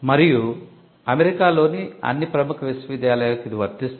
మరియు United States లోని అన్ని ప్రముఖ విశ్వవిద్యాలయాలకు ఇది వర్తిస్తుంది